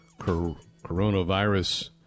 coronavirus